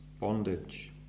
bondage